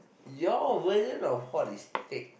your version of hot is thick